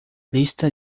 lista